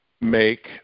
make